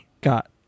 got